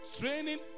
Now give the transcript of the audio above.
training